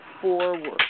forward